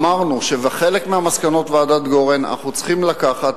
אמרנו שבחלק ממסקנות ועדת-גורן אנחנו צריכים לקחת,